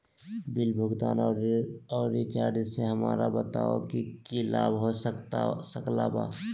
Bill भुगतान और recharge से हमरा बताओ कि क्या लाभ हो सकल बा?